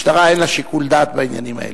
משטרה, אין לה שיקול דעת בעניינים האלה.